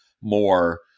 more